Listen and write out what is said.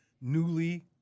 newly